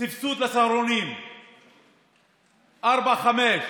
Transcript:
הסבסוד לצהרונים לגיל ארבע-חמש,